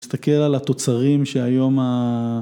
תסתכל על התוצרים שהיום ה...